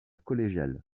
collégiale